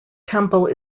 temple